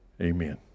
Amen